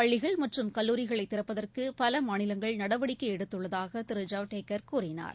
பள்ளிகள் மற்றும் கல்லூரிகளை திறப்பதற்கு பல மாநிலங்கள் நடவடிக்கை எடுத்துள்ளதாக திரு ஐவடேகர் கூறினார்